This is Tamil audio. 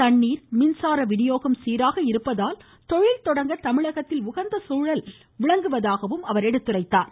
தண்ணீர் மின்சார வினியோகம் சீராக இருப்பதால் தொழில் தொடங்க தமிழகத்தில் உகந்த சூழல் விளங்குவதாகவும் அவர் எடுத்துரைத்தார்